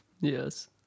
yes